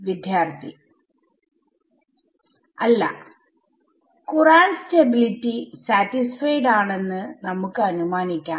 അല്ലകുറാന്റ് stability satisfied ആണെന്ന് നമുക്ക് അനുമാനിക്കാം